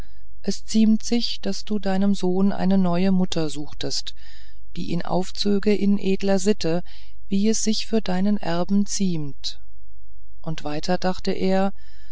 es ziemte sich daß du deinem sohne eine neue mutter suchtest die ihn aufzöge in edler sitte wie es sich für deinen erben ziemt und weiter dachte er